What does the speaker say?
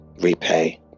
repay